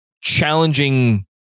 challenging